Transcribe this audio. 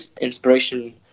inspiration